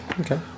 Okay